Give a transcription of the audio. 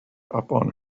upon